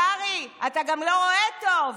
קרעי, אתה גם לא רואה טוב,